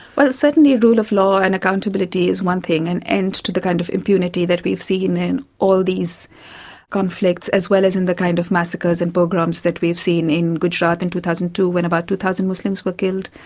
well, certainly rule of law and accountability is one thing, an end to the kind of impunity that we've seen in all these conflicts as well as in the kind of massacres and pogroms that we've seen in gujarat in two thousand and two when about two thousand muslims were killed,